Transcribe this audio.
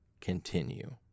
continue